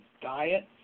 diet